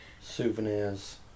souvenirs